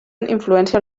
influència